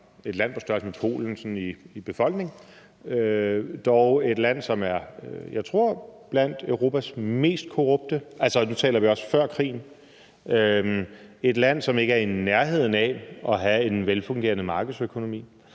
et land på størrelse med Polen i befolkningstal, men et land, som er, jeg tror blandt Europas mest korrupte lande – og nu taler vi også før krigen. Det er et land, som ikke er i nærheden af at have en velfungerende markedsøkonomi.